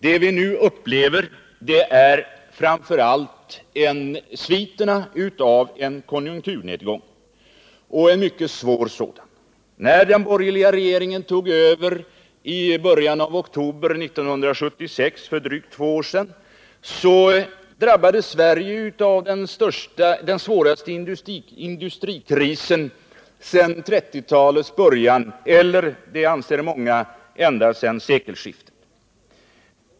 Det vi nu upplever är framför allt sviterna av en konjunkturnedgång, och en mycket svår sådan. När den borgerliga regeringen tog över i början av oktober 1976, för drygt två år sedan, drabbades Sverige av den svåraste industrikrisen sedan 1930 talets början eller rent av, enligt vad många anser, ända sedan sekelskiftet.